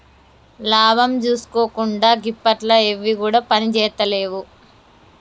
లాభం జూసుకోకుండ గిప్పట్ల ఎవ్విగుడ పనిజేత్తలేవు